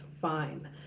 fine